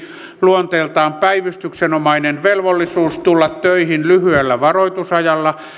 luonteeltaan päivystyksenomainen velvollisuus tulla töihin lyhyellä varoitusajalla